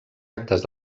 actes